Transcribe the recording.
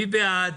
מי בעד?